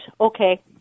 okay